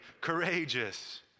Courageous